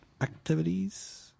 activities